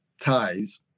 ties